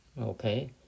Okay